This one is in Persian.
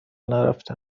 نرفته